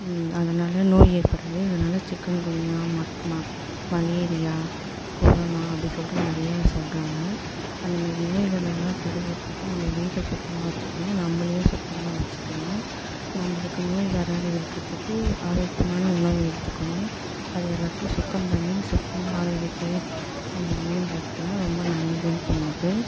அதனாலே நோய் ஏற்படுது அதனால் சிக்கன்குனியா மக் ம மலேரியா கொரோனா அப்டின்னு சொல்லிட்டு நிறையா சொல்கிறாங்க அந்தமாதிரி நோய்கள் எல்லாம் தடுக்கிறதுக்கு நம்ம வீட்டை சுத்தமாக வச்சுக்கணும் நம்பளையும் சுத்தமா வச்சிக்கணும் நம்பளுக்கு நோய் வராத இருக்கிறதுக்கு ஆரோக்கியமான உணவு எடுத்துக்கணும் அது எல்லாத்தையும் சுத்தம் பண்ணி சுத்தமும் ஆரோக்கியத்தையும் நம்ப மேம்படுத்தினா ரொம்ப நல்லதுன்னு தோணுது